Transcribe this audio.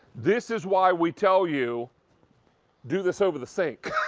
this is why we tell you do this over the sink.